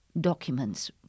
documents